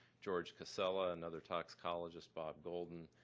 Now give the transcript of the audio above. george casella, another toxicologist, bob golden,